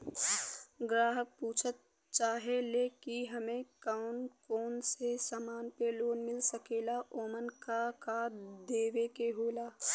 ग्राहक पुछत चाहे ले की हमे कौन कोन से समान पे लोन मील सकेला ओमन का का देवे के होला?